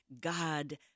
God